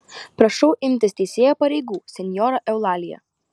prašau imtis teisėjo pareigų senjora eulalija